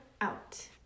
out